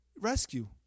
rescue